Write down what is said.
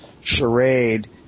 charade